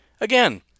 Again